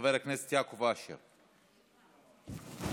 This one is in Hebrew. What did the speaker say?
כבר הערב ראינו כל מיני